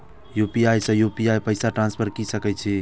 UPI से UPI पैसा transfer की सके छी?